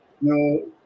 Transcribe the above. No